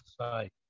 say